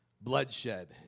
bloodshed